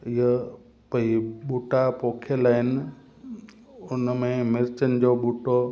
इहो भाई बूटा पोखियल आहिनि उन में मिर्चनि जो बूटो